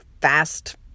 fast